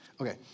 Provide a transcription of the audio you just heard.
Okay